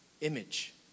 image